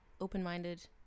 open-minded